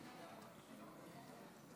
כבוד היושבת-ראש,